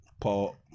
Paul